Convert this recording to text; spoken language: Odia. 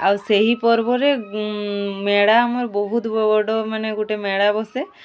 ଆଉ ସେହି ପର୍ବରେ ମେଳା ଆମର ବହୁତ ବଡ଼ ମାନେ ଗୋଟେ ମେଳା ବସେ